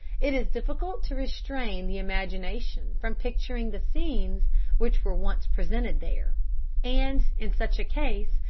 it is difficult to restrain the imagination from picturing the scenes which were once presented there and, in such a case,